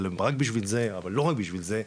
רק בשביל זה אבל לא רק בשביל זה,